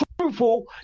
truthful